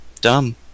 dumb